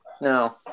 No